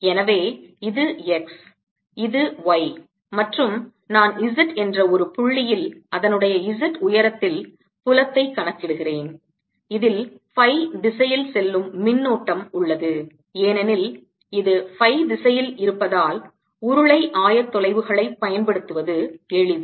எனவே இது x இது y மற்றும் நான் z என்ற ஒரு புள்ளியில் அதனுடைய z உயரத்தில் புலத்தை கணக்கிடுகிறேன் இதில் phi திசையில் செல்லும் மின்னோட்டம் உள்ளது ஏனெனில் இது phi திசையில் இருப்பதால் உருளை ஆயத்தொலைவுகளைப் பயன்படுத்துவது எளிது